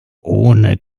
ohne